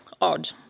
odd